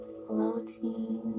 floating